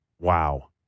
wow